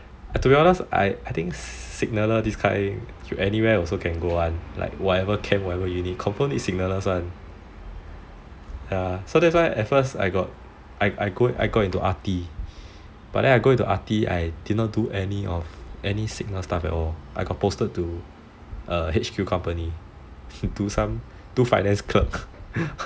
to be honest I think signaller this kind anywhere also can go [one] everywhere confirm need signallers [one] so that's why at first I got into ARTI but I go into ARTI I did not do any signal stuff at all I got posted to H_Q company do some do finance clerk